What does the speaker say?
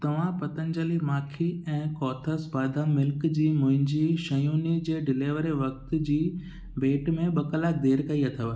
तव्हां पतंजलि माखी ऐं कोथस बादाम मिल्क जी मुंहिंजी शयुनि जे डिलेवरी वक़्ति जी भेट में ॿ कलाक देरि कई अथव